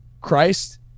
Christ